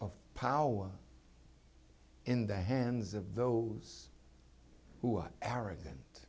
of power in the hands of those who are arrogant